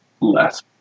less